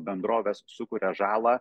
bendrovės sukuria žalą